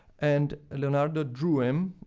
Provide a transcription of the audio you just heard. and leonardo drew him,